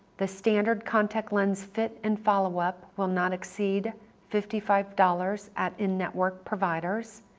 the standard contact lens fit and follow-up will not exceed fifty five dollars at in-network providers,